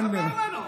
ספר לנו.